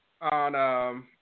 on